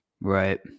Right